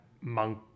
monk